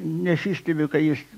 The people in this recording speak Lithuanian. nesistebiu kai jis